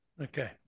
Okay